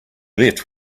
left